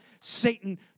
Satan